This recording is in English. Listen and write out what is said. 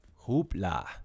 hoopla